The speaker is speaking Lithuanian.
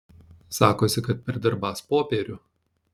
sakosi kad perdirbąs popierių